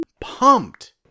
pumped